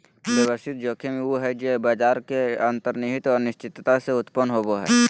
व्यवस्थित जोखिम उ हइ जे बाजार के अंतर्निहित अनिश्चितता से उत्पन्न होवो हइ